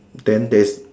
then there's